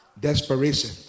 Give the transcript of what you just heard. Desperation